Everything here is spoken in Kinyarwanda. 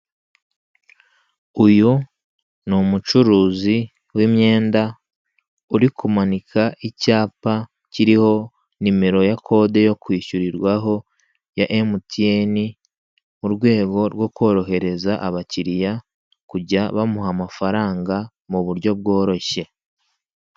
Uyu ni umucuruzi w'imyenda uri kumanika icyapa, kiriho nimero ya kode yo kwishyuriraho ya emutiyene, mu rwego rwo korohereza abakiriya kujya bamuha amafaranga mu buryo bworoshye.